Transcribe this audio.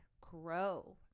grow